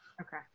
Okay